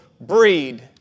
breed